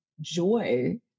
joy